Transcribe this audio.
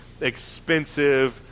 expensive